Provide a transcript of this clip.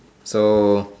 so